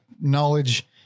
knowledge